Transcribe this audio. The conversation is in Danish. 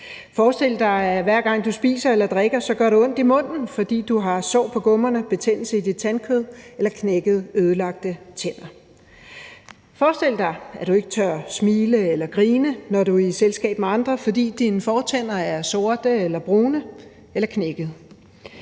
Forestil dig, at hver gang du spiser eller drikker, gør det ondt i munden, fordi du har sår på gummerne, betændelse i dit tandkød eller knækkede, ødelagte tænder. Forestil dig, at du ikke tør smile eller grine, når du er i selskab med andre, fordi dine fortænder er sorte eller brune eller knækkede.